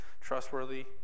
trustworthy